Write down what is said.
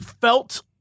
felt